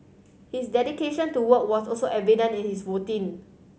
his dedication to work was also evident in his routine